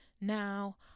Now